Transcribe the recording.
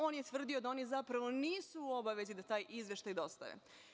On je tvrdio da oni zapravo nisu u obavezi da taj izveštaj dostave.